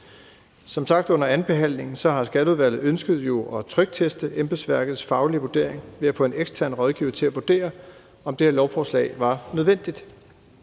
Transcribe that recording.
Som sagt under andenbehandlingen har Skatteudvalget ønsket at trykteste embedsværkets faglige vurdering ved at få en ekstern rådgiver til at vurdere, om det her lovforslag var nødvendigt.